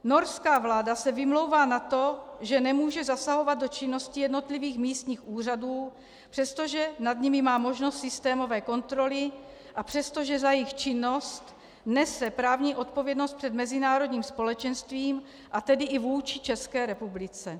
Norská vláda se vymlouvá na to, že nemůže zasahovat do činnosti jednotlivých místních úřadů, přestože nad nimi má možnost systémové kontroly a přestože za jejich činnost nese právní odpovědnost před mezinárodním společenstvím, a tedy i vůči České republice.